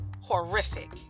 horrific